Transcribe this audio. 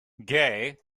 gay